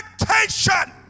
expectation